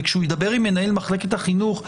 וכשהוא ידבר עם מנהל מחלקת החינוך,